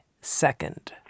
second